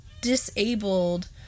disabled